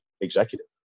executive